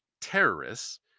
terrorists